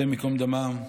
השם ייקום דמם.